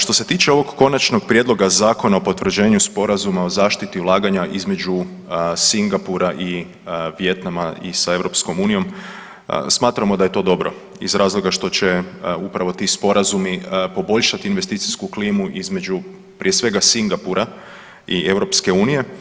Što se tiče ovog Konačnog prijedloga Zakona o potvrđenju Sporazuma o zaštiti ulaganja između Singapura i Vijetnama i sa EU, smatramo da je to dobro iz razloga što će upravo ti sporazumi poboljšati investicijsku klimu između, prije svega, Singapura i EU.